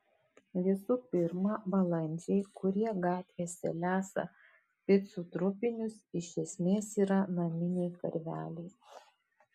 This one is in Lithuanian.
visų pirma balandžiai kurie gatvėse lesa picų trupinius iš esmės yra naminiai karveliai